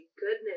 goodness